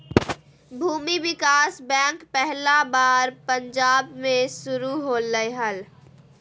भूमि विकास बैंक पहला बार पंजाब मे शुरू होलय हल